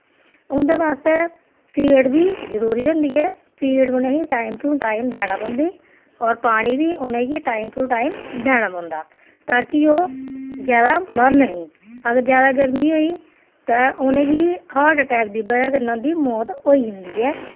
उं'दे बास्तै फीड बी जरूरी होंदी ऐ फीड उ'नेंगी टाइम टू टाइम देना पौंदी होर पानी बी उ'नेंगी टाइम टू टाइम देना पौंदा ताकि ओह् ज्यादा मरन नेईं अगर ज्यादा गर्मी होई ते उ'नेंगी हार्ट अटैक दी बजह कन्नै उं'दी मौत होई जंदी ऐ